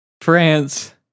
France